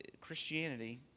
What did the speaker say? Christianity